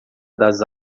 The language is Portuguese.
das